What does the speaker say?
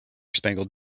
spangled